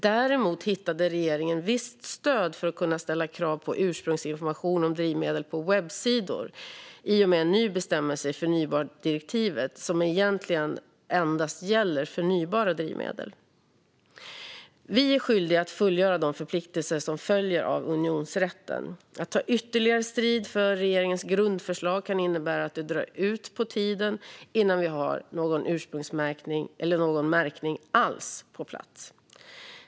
Däremot hittade regeringen visst stöd för att kunna ställa krav på ursprungsinformation om drivmedel på webbsidor i och med en ny bestämmelse i förnybartdirektivet som egentligen endast gäller förnybara drivmedel. Vi är skyldiga att fullgöra de förpliktelser som följer av unionsrätten. Att ta ytterligare strid för regeringens grundförslag kan innebära att det drar ut på tiden innan vi har någon ursprungsmärkning eller någon märkning alls på plats.